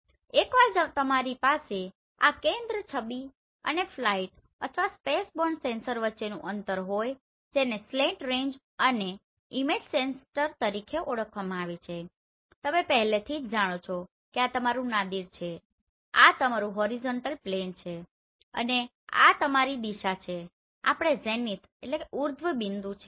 અને એકવાર જ્યારે તમારી પાસે આ કેન્દ્ર છબી અને ફ્લાઇટ અથવા સ્પેસબોરન સેન્સર વચ્ચેનું અંતર હોય કે જેને સ્લેંટ રેન્જ અને ઇમેજ સેન્ટર તરીકે ઓળખવામાં આવે છે તમે પહેલાથી જ જાણો છો કે આ તમારું નાદિર છે આ તમારું હોરિઝોન્ટલ પ્લેન છે અને આ તમારી દિશા છે આ ઝેનિથZenithઉર્ધ્વબિંદુ છે